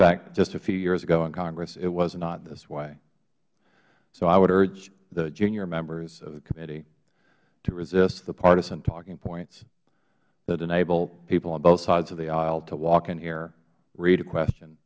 fact just a few years ago in congress it was not this way so i would urge the junior members of the committee to resist the partisan talking points that enable people on both sides of the aisle to walk in here read a question